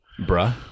bruh